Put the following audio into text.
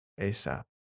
ASAP